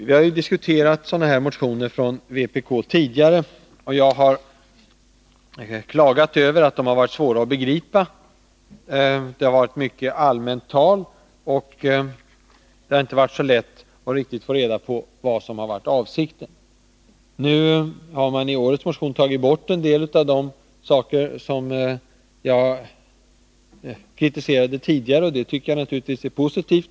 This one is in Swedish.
Vi har diskuterat sådana motioner från vpk även tidigare, och jag har då klagat över att de har varit svåra att begripa. Det har varit mycket allmänt tal, och det har inte varit så lätt att få reda på vad som har varit avsikten. I årets motion har man tagit bort en del av de saker som jag kritiserade tidigare. Detta tycker jag naturligtvis är positivt.